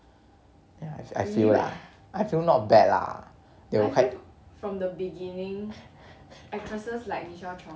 ya I I feel ah I feel not bad lah they were quite